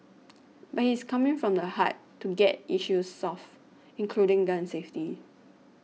but he's coming from the heart to get issues solved including gun safety